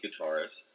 guitarist